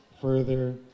further